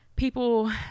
people